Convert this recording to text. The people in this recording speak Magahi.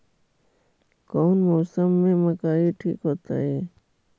कौन मौसम में मकई ठिक होतइ?